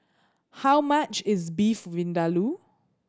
how much is Beef Vindaloo